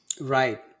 Right